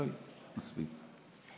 די, מספיק.